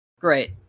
Great